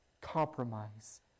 compromise